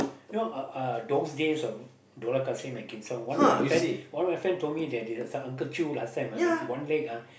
know uh uh those days of Dollah-Kassim and Kin-Song one of my friend one of my friend told me that this uh that the Uncle-Chew last time ah one leg ah